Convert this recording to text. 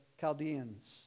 Chaldeans